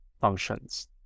functions